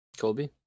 Colby